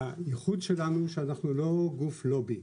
הייחוד שלנו, שאנחנו לא גוף לובי.